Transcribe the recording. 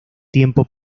tiempo